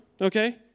okay